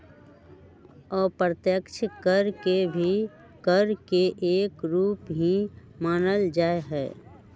अप्रत्यक्ष कर के भी कर के एक रूप ही मानल जाहई